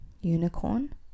Unicorn